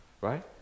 right